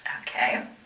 Okay